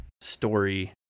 story